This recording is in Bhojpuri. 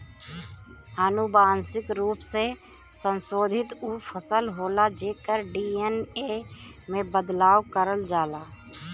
अनुवांशिक रूप से संशोधित उ फसल होला जेकर डी.एन.ए में बदलाव करल जाला